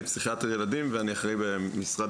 אני פסיכיאטר ילדים ואני אחראי במשרד